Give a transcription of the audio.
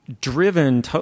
Driven